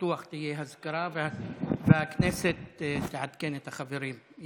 בטוח תהיה אזכרה, והכנסת תעדכן את החברים.